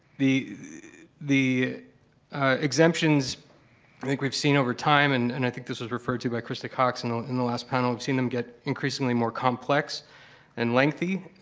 the the exemptions, i think, we've seen over time and and i think this was referred to by krista cox and in the last panel, we've seen them get increasingly more complex and lengthy.